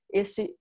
esse